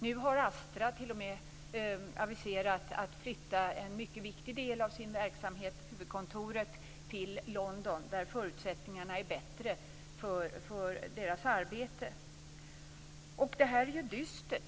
Nu har Astra t.o.m. aviserat att man skall flytta en mycket viktig del av sin verksamhet, huvudkontoret, till London där förutsättningarna är bättre för företagets arbete. Detta är dystert.